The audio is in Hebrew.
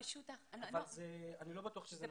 אבל אני לא בטוח שזה נכון.